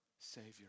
Savior